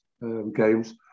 games